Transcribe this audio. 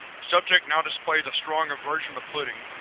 subject now displays a strong aversion to pudding.